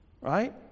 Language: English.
right